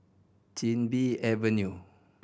Chin Bee Avenue